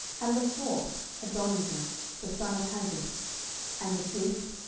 and the fourth, adonijah the son of haggith and the fifth,